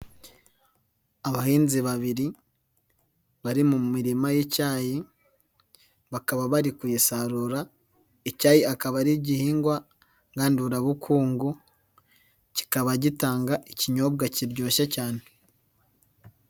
Abahinzi babiri bari mu mirima y'icyayi, bakaba bari kuyisarura, icyayi akaba ari igihingwa ngandurabukungu, kikaba gitanga ikinyobwa kiryoshye cyane.